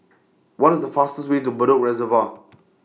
What IS The fastest Way to Bedok Reservoir